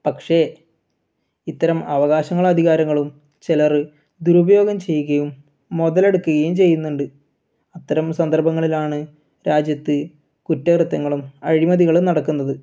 പക്ഷേ ഇത്തരം അവകാശങ്ങളും അധികാരങ്ങളും ചിലർ ദുരുപയോഗം ചെയ്യുകയും മുതലെടുക്കുകയും ചെയ്യുന്നുണ്ട് അത്തരം സന്ദർഭങ്ങളിലാണ് രാജ്യത്ത് കുറ്റകൃത്യങ്ങളും അഴിമതികളും നടക്കുന്നത്